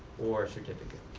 or certificate.